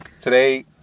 Today